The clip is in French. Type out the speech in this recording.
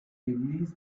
église